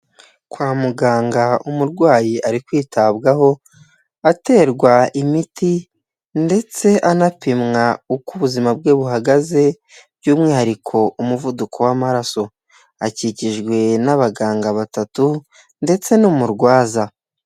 Kwa muganga umurwayi ari kwitabwaho aterwa imiti ndetse anapimwa uko ubuzima bwe buhagaze by'umwihariko umuvuduko w'amaraso, akikijwe n'abaganga batatu ndetse n'umurwaza.